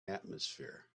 atmosphere